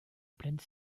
pleine